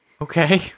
Okay